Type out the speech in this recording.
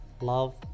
love